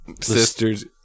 sisters